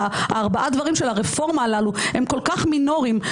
ארבעת הדברים של הרפורמה הזאת הם כל כך מינוריים,